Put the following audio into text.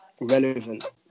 relevant